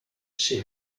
she